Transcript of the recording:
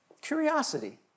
Curiosity